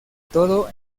todo